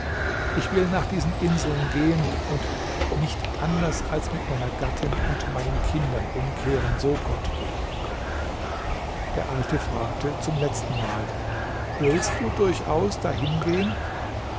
ich will nach diesen inseln gehen und nicht anders als mit meiner gattin und meinen kindern umkehren so gott will der alte fragte zum letztenmal willst du durchaus dahingehen